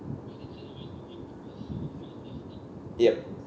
yup